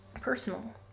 personal